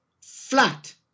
flat